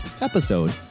episode